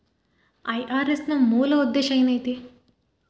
IRS ನ ಮೂಲ್ ಉದ್ದೇಶ ಏನೈತಿ?